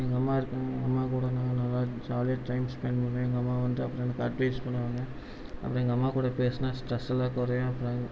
எங்கள் அம்மா இருக்கும் எங்கள் அம்மாக்கூட நான் நல்லா ஜாலியாக டைம்ஸ் ஸ்பென்ட் பண்ணுவேன் எங்கள் அம்மா வந்து அப்புறம் எனக்கு அட்வைஸ் பண்ணுவாங்கள் அப்புறம் எங்கள் அம்மாக்கூட பேசுனால் ஸ்ட்ரெஸ் எல்லாம் குறையும் அப்புறம்